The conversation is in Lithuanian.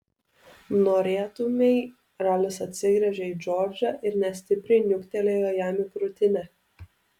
norėtumei ralis atsigręžė į džordžą ir nestipriai niuktelėjo jam į krūtinę